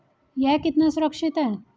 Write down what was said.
यह कितना सुरक्षित है?